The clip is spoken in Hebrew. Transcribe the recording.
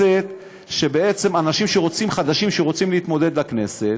אנשים חדשים שרוצים להתמודד לכנסת